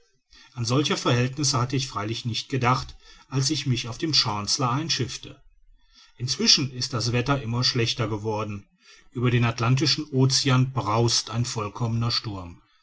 an solche verhältnisse hatte ich freilich nicht gedacht als ich mich auf dem chancellor einschiffte inzwischen ist das wetter immer schlechter geworden über den atlantischen ocean braust ein vollkommener sturm